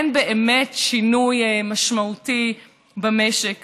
אין באמת שינוי משמעותי במשק,